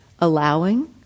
allowing